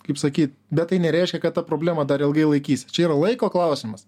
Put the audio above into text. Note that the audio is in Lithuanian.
kaip sakyt bet tai nereiškia kad ta problema dar ilgai laikys čia yra laiko klausimas